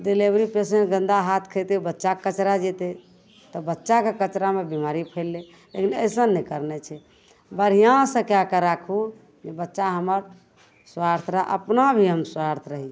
delivery patient गन्दा हाथ खएतै बच्चाके कचरा जएतै तऽ बच्चाके कचरामे बेमारी फैललै लेकिन अइसन नहि करनाइ छै बढ़िआँसे कै के राखू जे बच्चा हमर स्वस्थ रहै अपना भी हम स्वस्थ रही